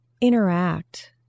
interact